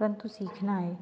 परन्तु सीखना है